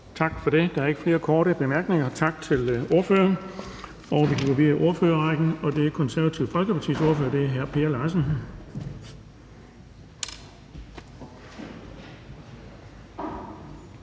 Tak for det. Der er ikke flere korte bemærkninger. Tak til ordføreren. Vi går videre i ordførerrækken, og det er Det Konservative Folkepartis ordfører. Det er hr. Per Larsen.